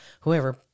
whoever